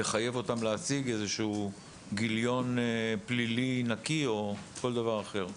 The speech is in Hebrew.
לחייב אותם להציג גיליון פלילי נקי כל שהוא או כל דבר אחר.